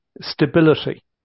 stability